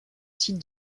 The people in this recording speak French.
site